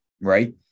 Right